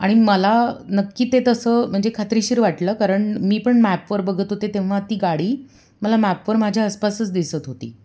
आणि मला नक्की ते तसं म्हणजे खात्रीशीर वाटलं कारण मी पण मॅपवर बघत होते तेव्हा ती गाडी मला मॅपवर माझ्या आसपासच दिसत होती